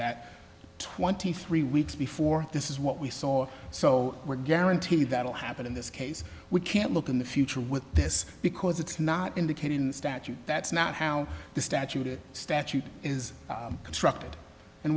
that twenty three weeks before this is what we saw so we're guaranteed that will happen in this case we can't look in the future with this because it's not indicated in the statute that's not how the statute a statute is constructed and